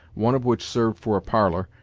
one of which served for a parlor,